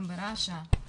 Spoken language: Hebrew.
גם ברש"א,